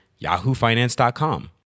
yahoofinance.com